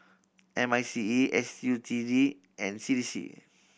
M I C E S U T D and C D C